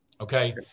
okay